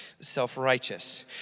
self-righteous